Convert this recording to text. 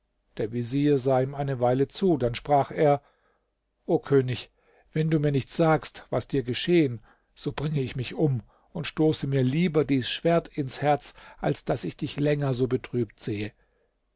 der vezier sah ihm eine weile zu dann sprach er o könig wenn du mir nicht sagst was dir geschehen so bringe ich mich um und stoße mir lieber dies schwert ins herz als daß ich dich länger so betrübt sehe